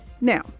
Now